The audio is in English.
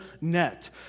net